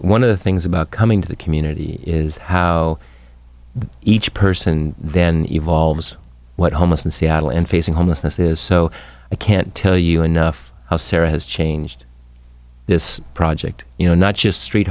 one of the things about coming to the community is how each person then evolves what halmos in seattle and facing homelessness is so i can't tell you enough sara has changed this project you know not just street